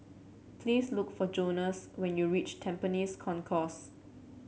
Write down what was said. please look for Jonas when you reach Tampines Concourse